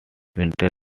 winters